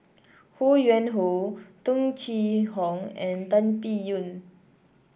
Ho Yuen Hoe Tung Chye Hong and Tan Biyun